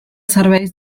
serveis